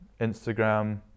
Instagram